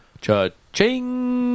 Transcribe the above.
Cha-ching